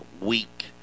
week